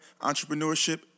entrepreneurship